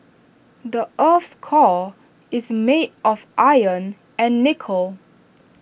the Earth's core is made of iron and nickel